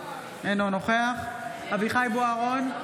אינו נוכח אביחי אברהם בוארון,